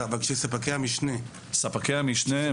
אבל כשספקי המשנה --- לגבי ספקי המשנה,